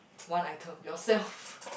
one item yourself